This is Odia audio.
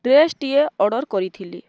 ଡ୍ରେସ୍ଟିଏ ଅର୍ଡ଼ର୍ କରିଥିଲି